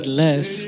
less